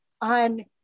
on